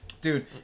Dude